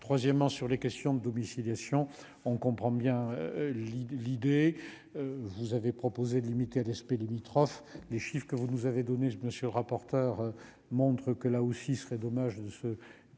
troisièmement, sur les questions de domiciliation, on comprend bien l'idée, l'idée, vous avez proposé de limiter à Despé limitrophes les chiffre que vous nous avez donné, je me suis rapporteur montre que là aussi, il serait dommage de se